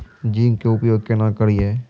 Zinc के उपयोग केना करये?